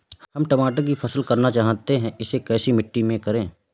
हम टमाटर की फसल करना चाहते हैं इसे कैसी मिट्टी में करें?